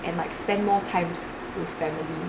and like spend more times with family